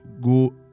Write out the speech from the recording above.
go